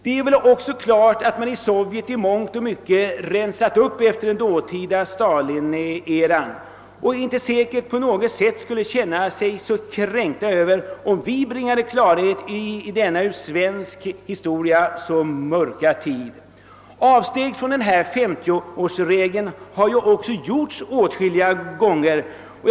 Det är också klart att man i Sovjet i mångt och mycket rensat upp efter Stalineran och säkerligen inte på något sätt skulle känna sig kränkt över att vi bringade klarhet i detta i svensk historia så mörka avsnitt. Avsteg från femtioårsregeln har också åtskilliga gånger gjorts.